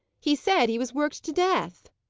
he said he was worked to death.